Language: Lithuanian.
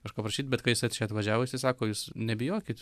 kažko prašyt bet kaip čia atvažiavusi sako jūs nebijokit